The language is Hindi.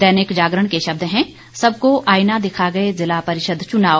दैनिक जागरण के शब्द हैं सब को आईना दिखा गए जिला परिषद चुनाव